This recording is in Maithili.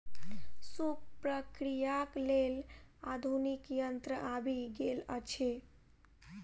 सूप प्रक्रियाक लेल आधुनिक यंत्र आबि गेल अछि